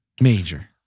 major